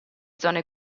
zone